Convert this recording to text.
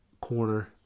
corner